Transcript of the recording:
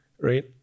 right